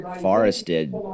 forested